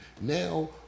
now